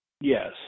Yes